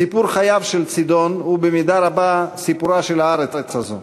סיפור חייו של צידון הוא במידה רבה סיפורה של הארץ הזאת,